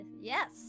yes